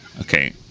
Okay